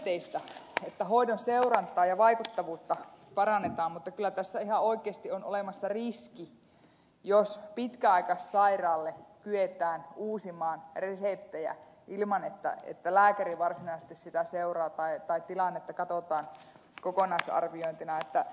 on myönteistä että hoidon seurantaa ja vaikuttavuutta parannetaan mutta kyllä tässä ihan oikeasti on olemassa riski jos pitkäaikaissairaalle kyetään uusimaan reseptejä ilman että lääkäri varsinaisesti sitä seuraa tai tilannetta katsotaan kokonaisarviointina